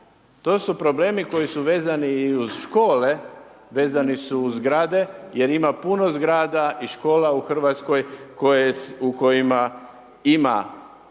To su problemi koji su vezani i uz škole, vezani su uz zgrade jer ima puno zgrada i škola u Hrvatskoj u kojima ima